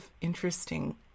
interesting